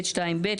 (ב)(2)(ב),